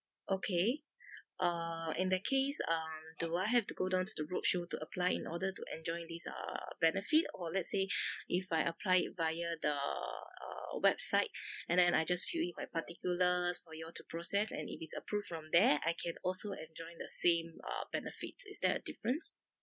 okay uh in that case um do I have to go down to the roadshow to apply in order to enjoy this err benefit or let's say if I apply it via the uh website and then I just fill in my particulars for you all to process and if it's approved from there I can also enjoy the same uh benefit is there a difference